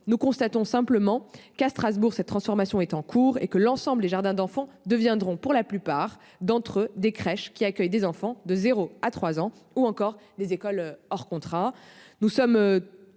Je constate d'ailleurs qu'à Strasbourg cette transformation est en cours et que l'ensemble des jardins d'enfants deviendront, pour la plupart d'entre eux, des crèches qui accueillent des enfants de 0 à 3 ans ou encore des écoles hors contrat.